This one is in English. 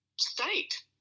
state